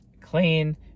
clean